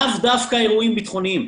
לאו דווקא אירועים ביטחוניים.